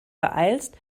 beeilst